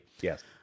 Yes